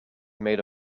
made